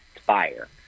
fire